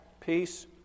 peace